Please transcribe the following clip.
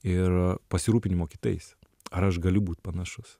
ir pasirūpinimo kitais ar aš galiu būt panašus